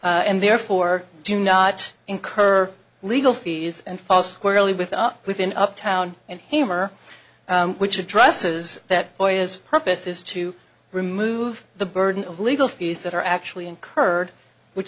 attorneys and therefore do not incur legal fees and fall squarely with up with an uptown and humor which addresses that boy is purpose is to remove the burden of legal fees that are actually incurred which